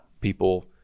people